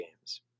games